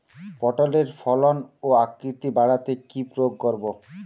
পটলের ফলন ও আকৃতি বাড়াতে কি প্রয়োগ করব?